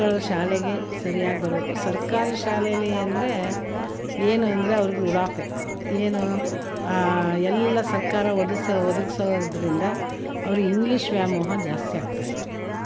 ಮಕ್ಕಳು ಶಾಲೆಗೆ ಸರ್ಯಾಗಿ ಬರಬೇಕು ಸರ್ಕಾರಿ ಶಾಲೆಲಿ ಅಂದರೆ ಏನೆಂದರೆ ಅವ್ರ್ಗೆ ಉಡಾಫೆ ಏನು ಎಲ್ಲ ಸರ್ಕಾರ ಒದಗ್ಸೋ ಒದಗ್ಸೋದ್ರಿಂದ ಅವ್ರಿಗೆ ಇಂಗ್ಲಿಷ್ ವ್ಯಾಮೋಹ ಜಾಸ್ತಿಯಾಗ್ತಾ ಇದೆ